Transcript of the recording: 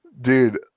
Dude